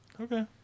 Okay